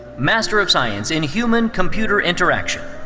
master of science in human-computer interaction,